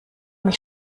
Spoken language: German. mich